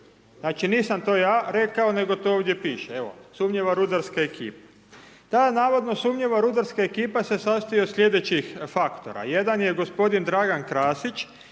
Znači nisam to ja rekao, nego to ovdje piše, evo sumnjiva rudarska ekipa. Ta navodno sumnjiva rudarska ekipa se sastoji od sljedećih faktora. Jedan je gospodin Dragan Krasić,